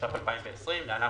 התש"ף - 2020 (להלן,